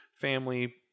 family